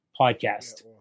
podcast